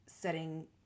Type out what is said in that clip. setting